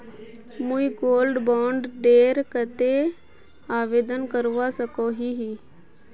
मुई gold bond डेर केते आवेदन करवा सकोहो ही?